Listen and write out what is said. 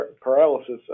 paralysis